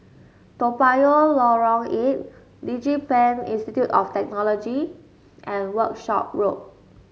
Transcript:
Toa Payoh Lorong Eight DigiPen Institute of Technology and Workshop Road